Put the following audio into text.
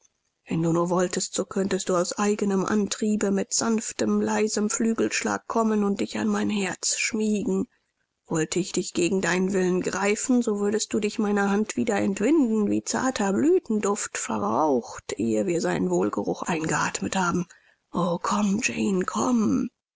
wenn du nur wolltest so könntest du aus eigenem antriebe mit sanftem leisem flügelschlag kommen und dich an mein herz schmiegen wollte ich dich gegen deinen willen greifen so würdest du dich meiner hand wieder entwinden wie zarter blütenduft verraucht ehe wir seinen wohlgeruch eingeatmet haben o komm jane komm